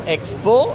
Expo